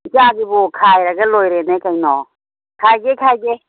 ꯏꯆꯥꯒꯤꯕꯨ ꯈꯥꯏꯔꯒ ꯂꯣꯏꯔꯦꯅꯦ ꯀꯩꯅꯣ ꯈꯥꯏꯒꯦ ꯈꯥꯏꯒꯦ